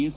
S